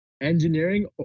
Engineering